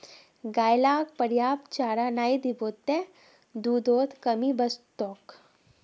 गाय लाक पर्याप्त चारा नइ दीबो त दूधत कमी वस तोक